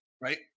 right